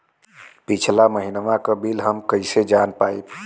पिछला महिनवा क बिल हम कईसे जान पाइब?